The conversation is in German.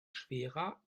schwerer